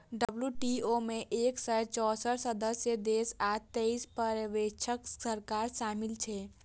WTO मे एक सय चौंसठ सदस्य देश आ तेइस पर्यवेक्षक सरकार शामिल छै